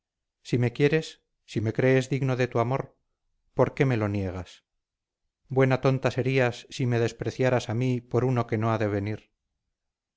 si me quieres si me crees digno de tu amor por qué me lo niegas buena tonta serías si me despreciaras a mí por uno que no ha de venir